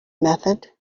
method